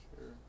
Sure